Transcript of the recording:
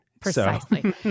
Precisely